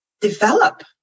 develop